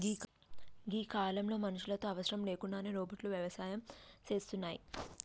గీ కాలంలో మనుషులతో అవసరం లేకుండానే రోబోట్లు వ్యవసాయం సేస్తున్నాయి